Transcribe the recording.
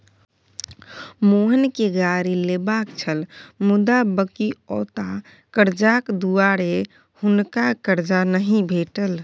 मोहनकेँ गाड़ी लेबाक छल मुदा बकिऔता करजाक दुआरे हुनका करजा नहि भेटल